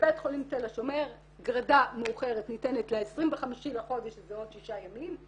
בבית חולים תל השומר גרידה מאוחרת ניתנת ל-25 לחודש שזה עוד שישה ימים,